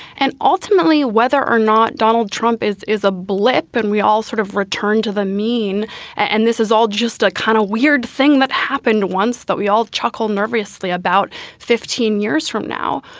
and ultimately, whether or not donald trump is a ah blip and we all sort of return to the mean and this is all just a kind of weird thing that happened once that we all chuckle nervously about fifteen years from now,